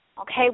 Okay